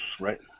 right